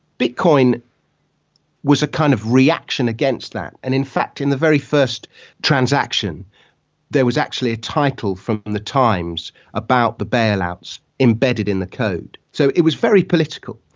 bitcoin was a kind of reaction against that, and in fact in the very first transaction there was actually a title from the times about the bailouts embedded in the code. so it was very political.